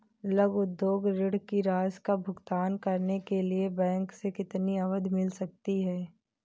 लघु उद्योग ऋण की राशि का भुगतान करने के लिए बैंक से कितनी अवधि मिल सकती है?